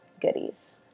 goodies